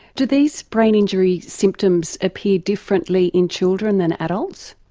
do these brain injury symptoms appear differently in children than adults?